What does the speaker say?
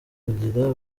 kugira